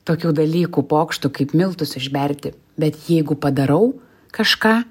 tokių dalykų pokštų kaip miltus išberti bet jeigu padarau kažką